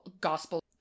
gospel